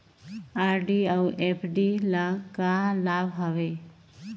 RD अऊ FD ल का लाभ हवे?